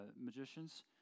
magicians